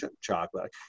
chocolate